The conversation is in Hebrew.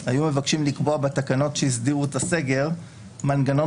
היו מבקשים לקבוע בתקנות שהסדירו את הסגר מנגנון